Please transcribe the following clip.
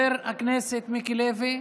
נגד, חבר הכנסת מיקי לוי,